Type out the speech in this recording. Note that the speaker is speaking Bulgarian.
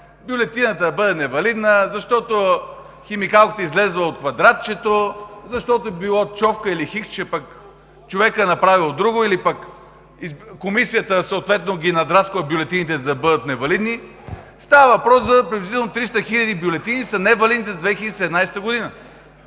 бюлетината да бъде невалидна, защото химикалката е излязла от квадратчето, защото било човка или хиксче, а човекът е направил друго, или пък комисията съответно надрасква бюлетините, за да бъдат невалидни. Става въпрос за приблизително 300 хиляди невалидни бюлетини